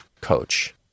coach